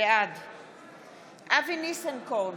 בעד אבי ניסנקורן,